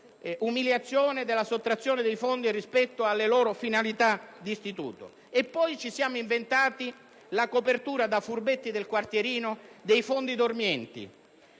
umiliazione della sottrazione di fondi rispetto alle loro finalità di istituto. Poi ci siamo inventati la copertura da "furbetti del quartierino" con l'impiego